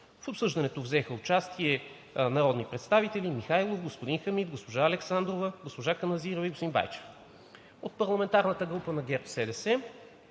В обсъждането взеха участие народните представители господин Михайлов, господин Хамид, госпожа Александрова, госпожа Каназирева и господин Байчев. От парламентарната група на ГЕРБ-СДС